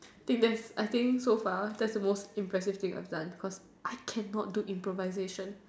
I think that's I think so far that's the most impressive thing I've done cause I cannot do improvisation